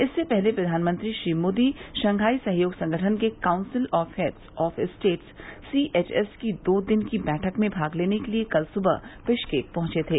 इससे पहले प्रधानमंत्री मोदी शंघाई सहयोग संगठन के council of heads of states CHS की दो दिन की बैठक में भाग लेने के लिए कल सुबह बिश्केक पहुंचे थे